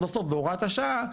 ואז בסוף בהוראת השעה,